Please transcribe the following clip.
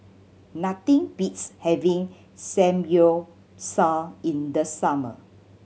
nothing beats having Samgyeopsal in the summer